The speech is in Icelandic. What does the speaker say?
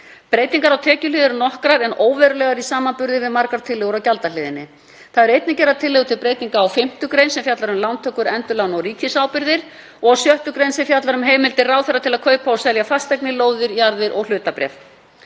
Breytingar á tekjuhlið eru nokkrar en óverulegar í samanburði við margar tillögur á gjaldahliðinni. Einnig eru gerðar tillögur til breytinga á 5. gr. sem fjallar um lántökur, endurlán og ríkisábyrgðir og 6. gr. sem fjallar um heimildir ráðherra til að kaupa og selja fasteignir, lóðir, jarðir og hlutabréf.